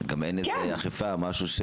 גם אין איזו אכיפה או משהו.